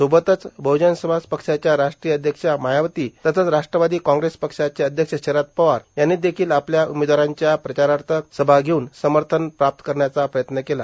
सोबतच बहुजन समाज पक्षाच्या राष्ट्रीय अध्यक्षा मायावती तसंच राष्ट्रवादी काँग्रेस पक्षाचे अध्यक्ष शरद पवार यांनी देखिल आपल्या उमेदवारांच्या प्रचारार्थ सभा घेऊन समर्थन प्राप्त करण्याचा प्रयत्न केला